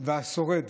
והשורד